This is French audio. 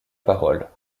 parole